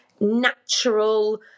Natural